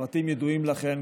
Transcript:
הפרטים ידועים לכן,